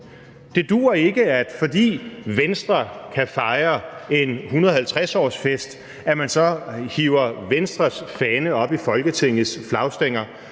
Det duer ikke, at man, fordi Venstre kan fejre en 150-årsfest, så hiver Venstres fane op i Folketingets flagstænger,